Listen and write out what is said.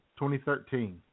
2013